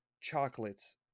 chocolates